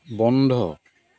বন্ধ